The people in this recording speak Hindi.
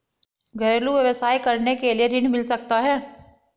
घरेलू व्यवसाय करने के लिए ऋण मिल सकता है?